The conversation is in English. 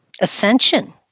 ascension